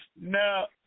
now